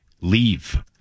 leave